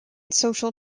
social